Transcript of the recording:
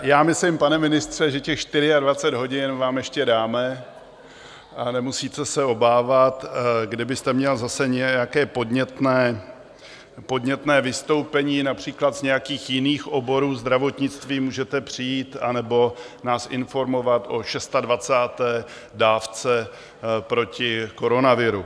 Já myslím, pane ministře, že těch čtyřiadvacet hodin vám ještě dáme, a nemusíte se obávat, kdybyste měl zase nějaké podnětné vystoupení, například z nějakých jiných oborů zdravotnictví, můžete přijít anebo nás informovat o šestadvacáté dávce proti koronaviru.